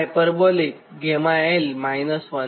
હવે Y12coshγl 1 Z1